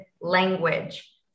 language